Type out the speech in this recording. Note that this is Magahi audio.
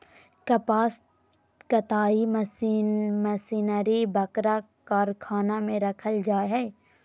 कपास कताई मशीनरी बरका कारखाना में रखल जैय हइ